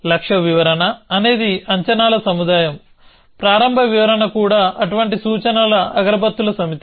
లక్ష్య వివరణ అనేది అంచనాల సముదాయం ప్రారంభ వివరణ కూడా అటువంటి సూచనల అగరబత్తుల సమితి